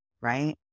right